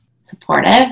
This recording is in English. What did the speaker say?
supportive